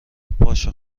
باشه